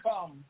come